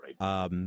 Right